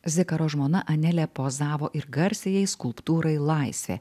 zikaro žmona anelė pozavo ir garsiajai skulptūrai laisvė